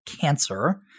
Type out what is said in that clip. cancer